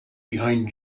behind